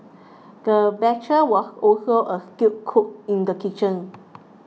the butcher was also a skilled cook in the kitchen